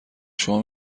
شما